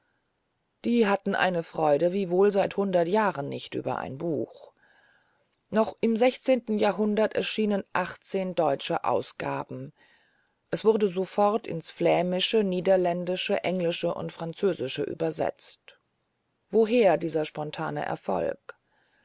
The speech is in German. die hatten eine freude wie wohl seit hundert jahren nicht über ein buch noch im sechsten jahrhundert erschienen achtzehn deutsche ausgaben es wurde sofort ins vlämische niederländische englische und französische übersetzt woher dieser spontane erfolg